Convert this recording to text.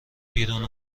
بیرون